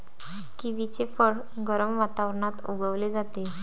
किवीचे फळ गरम वातावरणात उगवले जाते